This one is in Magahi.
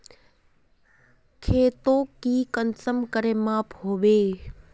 खेतोक ती कुंसम करे माप बो?